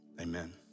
amen